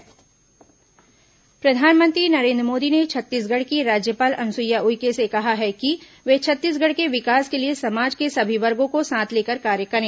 प्रधानमंत्री राज्यपाल मुलाकात प्रधानमंत्री नरेन्द्र मोदी ने छत्तीसगढ़ की राज्यपाल अनुसुईया उइके से कहा है कि वे छत्तीसगढ़ के विकास के लिए समाज के सभी वर्गों को साथ लेकर कार्य करें